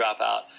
dropout